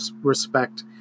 respect